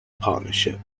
partnership